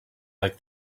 like